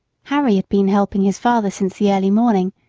harry had been helping his father since the early morning,